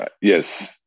yes